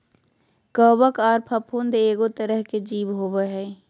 कवक आर फफूंद एगो तरह के जीव होबय हइ